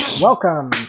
Welcome